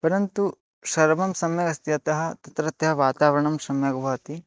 परन्तु सर्वं सम्यगस्ति अतः तत्रत्यं वातावरणं सम्यक् भवति